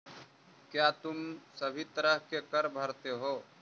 क्या तुम सभी तरह के कर भरते हो?